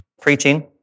preaching